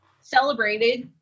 celebrated